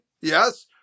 Yes